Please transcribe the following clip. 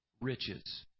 riches